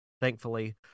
thankfully